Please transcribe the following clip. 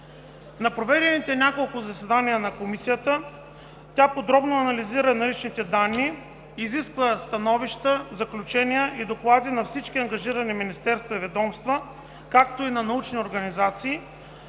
На проведените няколко заседания на Комисията, тя подробно анализира наличните данни, изисква становища, заключения и доклади на всички ангажирани министерства и ведомства, както и на научни организации,